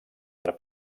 per